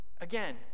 Again